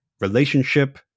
relationship